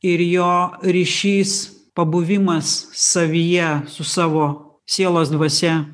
ir jo ryšys pabuvimas savyje su savo sielos dvasia